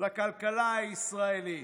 לכלכלה הישראלית,